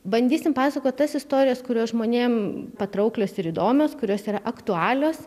bandysim pasakot tas istorijas kurios žmonėm patrauklios ir įdomios kurios yra aktualios